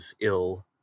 ill